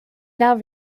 now